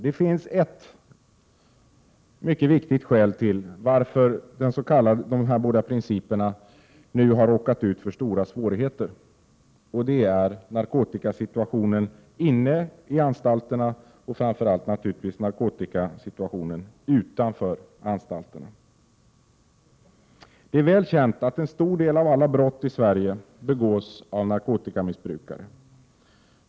Det finns ett mycket viktigt skäl till att man i tillämpningen av dessa båda principer nu har råkat ut för stora svårigheter, och det är narkotikasituationen inne i anstalterna men framför allt naturligtvis utanför dessa. Det är väl känt att en stor del av alla brott i Sverige begås av narkotikamissbrukare.